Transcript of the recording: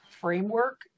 framework